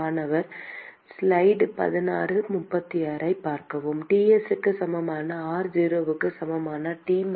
மாணவர் Tsக்கு சமமான r0 க்கு சமமான T